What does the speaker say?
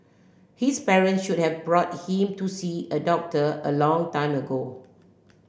his parent should have brought him to see a doctor a long time ago